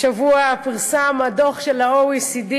השבוע פורסם הדוח של ה-OECD